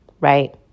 right